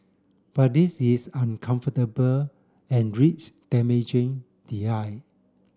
but this is uncomfortable and risk damaging the eye